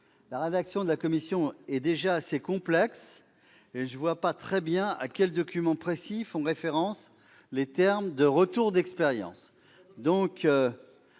La rédaction de la commission est déjà assez complète, et je ne vois pas très bien à quel document précis font référence les termes « retour d'expérience ».